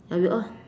ya we all